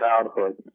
childhood